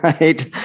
right